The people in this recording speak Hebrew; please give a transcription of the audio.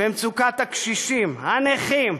במצוקת הקשישים, הנכים,